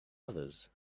others